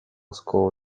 school